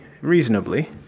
reasonably